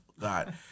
God